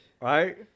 right